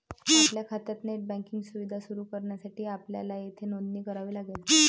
आपल्या खात्यात net banking सुविधा सुरू करण्यासाठी आपल्याला येथे नोंदणी करावी लागेल